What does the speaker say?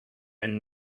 and